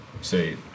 Say